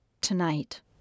tonight